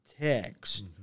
text